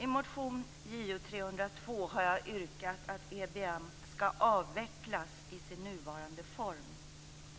I motion Ju302 har jag yrkat att EBM ska avvecklas i sin nuvarande form